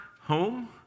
home